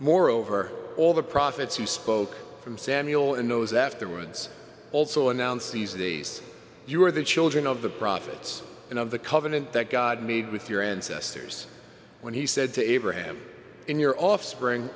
moreover all the prophets who spoke from samuel and those afterwards also announced these days you are the children of the prophets and of the covenant that god made with your ancestors when he said to abraham in your offspring